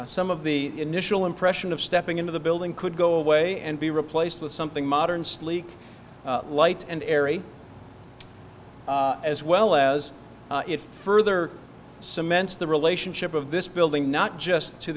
some of the initial impression of stepping into the building could go away and be replaced with something modern sleek light and airy as well as further cements the relationship of this building not just to